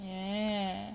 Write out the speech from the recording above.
ya